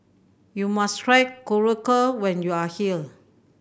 you must try Korokke when you are here